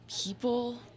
people